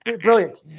brilliant